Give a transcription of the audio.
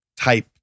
type